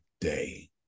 day